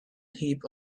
heap